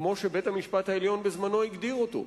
כמו שבית-המשפט העליון בזמנו הגדיר אותו,